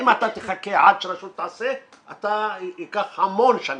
אם אתה תחכה עד שהרשות תעשה יקח המון שנים.